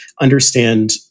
Understand